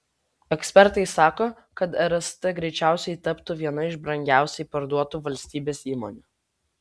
ekspertai sako kad rst greičiausiai taptų viena iš brangiausiai parduotų valstybės įmonių